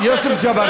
תכף, תכף.